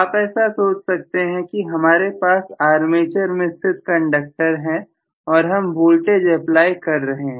आप ऐसा सोच सकते हैं कि हमारे पास आर्मेचर में स्थित कंडक्टर है और हम वोल्टेज अप्लाई कर रहे हैं